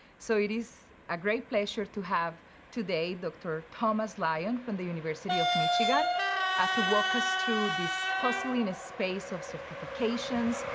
so it is a great pleasure to have today dr. thomas lyon from the university of michigan to walk us through this puzzling space of certifications,